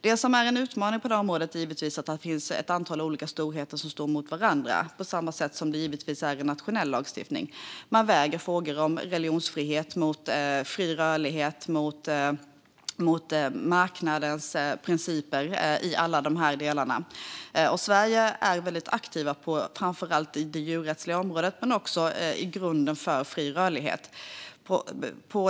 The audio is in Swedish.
Det som är en utmaning är naturligtvis att det finns ett antal olika storheter som står mot varandra, på samma sätt som det också är i nationell lagstiftning. Man väger frågor om religionsfrihet mot fri rörlighet och mot marknadens principer i alla delar. Sverige är väldigt aktivt, framför allt på det djurrättsliga området men också i grunden för fri rörlighet.